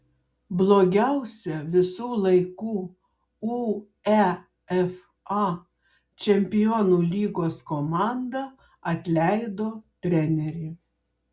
blogiausia visų laikų uefa čempionų lygos komanda atleido trenerį